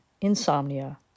insomnia